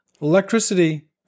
electricity